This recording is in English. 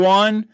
one